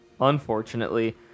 Unfortunately